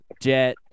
Jet